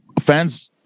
fans